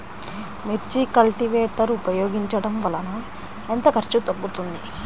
మిర్చి కల్టీవేటర్ ఉపయోగించటం వలన ఎంత ఖర్చు తగ్గుతుంది?